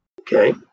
Okay